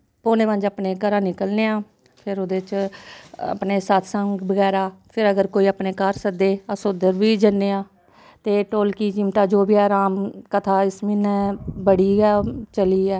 पोनें पंज्ज अपने घरा निकलने आं फिर ओह्दे च अपने सत्तसंग बगैरा फिर अगर कोई अपने घर सद्दे अस उध्दर बी जन्ने आं ते ढोलकी चिमटा जो बी रान कथा एस महीनै बड़ी गै चली ऐ